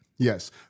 Yes